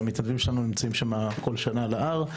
המתנדבים שלנו נמצאים כל שנה על ההר,